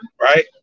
right